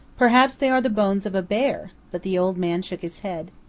perhaps they are the bones of a bear but the old man shook his head.